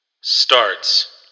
Starts